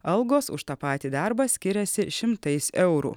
algos už tą patį darbą skiriasi šimtais eurų